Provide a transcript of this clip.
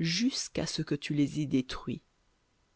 jusqu'à ce que tu les aies détruits